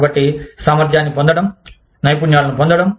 కాబట్టి సామర్థ్యాన్ని పొందడం నైపుణ్యాలను పొందడం